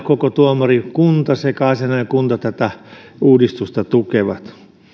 koko tuomarikunta sekä asianajajakunta tätä uudistusta tukevat